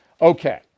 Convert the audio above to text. Okay